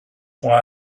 why